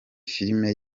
filime